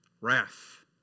wrath